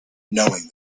knowing